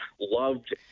loved